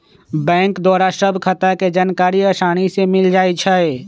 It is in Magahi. बैंक द्वारा सभ खता के जानकारी असानी से मिल जाइ छइ